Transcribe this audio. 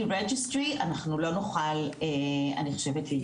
registry אנחנו לא נוכל אני חושבת להתקדם.